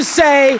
say